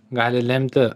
gali lemti